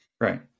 Right